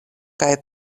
kaj